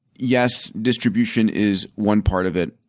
yes distribution is one part of it,